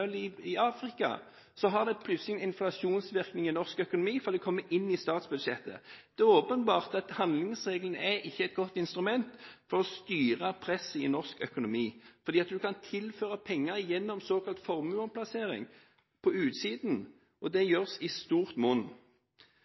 i Afrika, så har det plutselig en inflasjonsvirkning i norsk økonomi fordi det kommer inn i statsbudsjettet. Det er åpenbart at handlingsregelen ikke er et godt instrument for å styre presset i norsk økonomi, fordi du kan tilføre penger gjennom såkalt formuesomplassering, på utsiden, og det gjøres i stort monn.